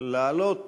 לעלות